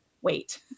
wait